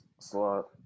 slot